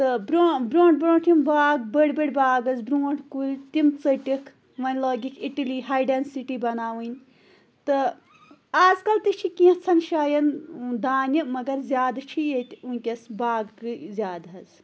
تہٕ بروٚنٛہہ بروٚنٛٹھ برونٛٹھ یِم باغ بڑۍ بڑۍ باغ ٲسۍ برونٛٹھہ کُلۍ تِم ژٔٹِکھ ؤنۍ لٲگِکھ اِٹلی ہایڈ این سٹی بناوٕنۍ تہٕ آز کَل تہِ چھ کیٚنٛژَن جایَن دانہِ مگر زیادٕ چھ ییٚتہِ وُنکٮ۪س باغٕے زیادٕ حظ